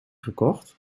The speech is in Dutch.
gekocht